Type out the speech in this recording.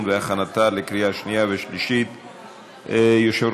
49 בעד, אין מתנגדים, אין נמנעים.